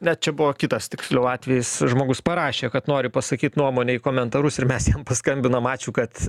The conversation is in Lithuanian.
ne čia buvo kitas tiksliau atvejis žmogus parašė kad nori pasakyt nuomonę į komentarus ir mes jam paskambinom ačiū kad